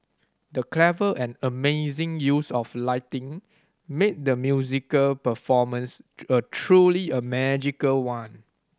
the clever and amazing use of lighting made the musical performance a truly a magical one